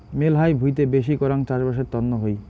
মেলহাই ভুঁইতে বেশি করাং চাষবাসের তন্ন হই